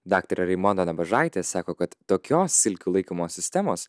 daktarė raimonda nabažaitė sako kad tokios silkių laikymo sistemos